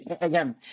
Again